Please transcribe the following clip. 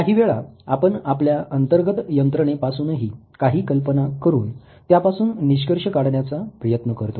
काही वेळा आपण आपल्या अंतर्गत यंत्रणेपासूनही काही कल्पना करून त्यापासून निष्कर्ष काढण्याचा प्रयत्न करतो